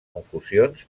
confusions